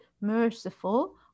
merciful